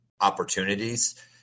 opportunities